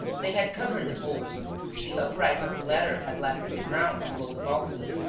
they had covered the holes which the uprights of the ladder had left in the ground, below the balcony.